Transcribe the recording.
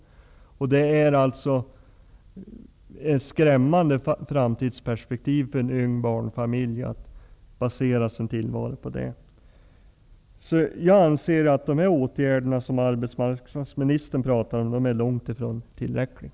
Det är ett skrämmande framtidsperspektiv för en ung barnfamilj att basera sin tillvaro på det. Jag anser att de åtgärder som arbetsmarknadsministern talar om är långt ifrån tillräckliga.